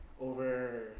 over